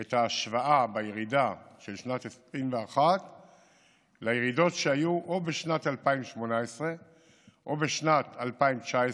את ההשוואה בירידה של שנת 2021 לירידות שהיו או בשנת 2018 או בשנת 2019,